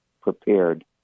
prepared